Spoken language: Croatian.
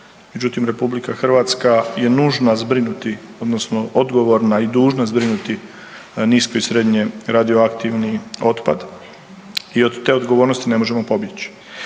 međutim RH je nužna zbrinuti odnosno odgovorna i dužna zbrinuti nisko i srednje radioaktivni otpad i od te odgovornosti ne možemo pobjeći.